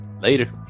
later